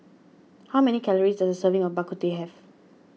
how many calories does a serving of Bak Kut Teh have